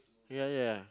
ya ya ya